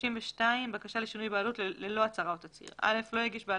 32. בקשה לשינוי בעלות ללא הצהרה או תצהיר לא הגיש בעל